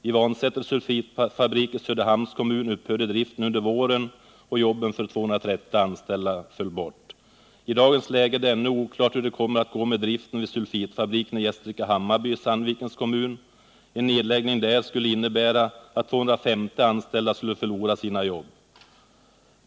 I Vansäter sulfitfabrik inom Söderhamns kommun upphörde under våren driften och jobben för 230 anställda. I dagens läge är det ännu oklart hur det kommer att gå med driften vid sulfitfabriken i Gästrike-Hammarby i Sandvikens kommun. En nedläggning där skulle innebära att 250 anställda skulle förlora sina jobb.